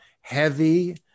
heavy